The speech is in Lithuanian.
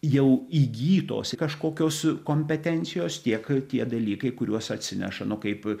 jau įgytos kažkokios kompetencijos tiek tie dalykai kuriuos atsineša nu kaip